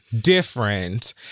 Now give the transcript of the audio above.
different